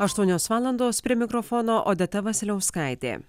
aštuonios valandos prie mikrofono odeta vasiliauskaitė